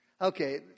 Okay